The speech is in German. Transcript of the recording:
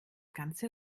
ganze